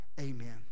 Amen